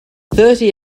thirty